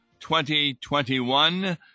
2021